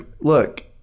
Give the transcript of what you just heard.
look